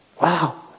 wow